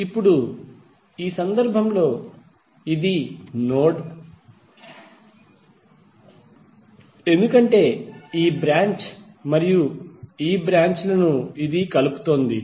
ఇప్పుడు ఈ సందర్భంలో ఇది నోడ్ ఎందుకంటే ఇది ఈ బ్రాంచ్ మరియు ఈ బ్రాంచ్ ను కలుపుతోంది